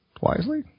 wisely